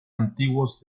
antiguos